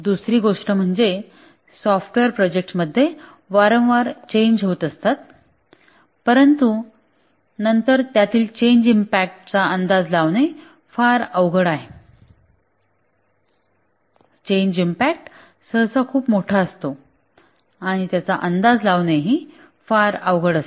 दुसरी गोष्ट म्हणजे सॉफ्टवेअर प्रकल्पांमध्ये वारंवार चेंज होत असतात परंतु नंतर त्यातील चेंज इम्पॅक्ट अंदाज लावणेही फार अवघड आहे चेंज इम्पॅक्ट सहसा खूप मोठा असतो आणि त्याचा अंदाज लावणेही अवघड असते